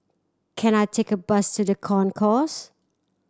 can I take a bus to The Concourse